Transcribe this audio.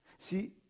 See